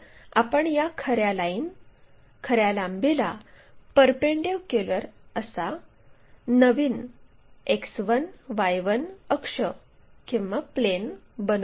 तर आपण या खर्या लाईन खर्या लांबीला परपेंडीक्युलर असा नवीन X1 Y1 अक्ष किंवा प्लेन बनवू